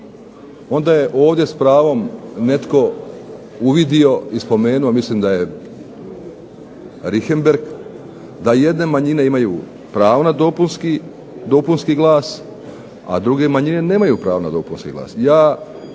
onda je ovdje s pravom netko uvidio i spomenuo, mislim da je Richembergh da jedne manjine imaju pravo na dopunski glas, a druge manjine nemaju pravo na dopunski glas.